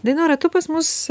dainora tu pas mus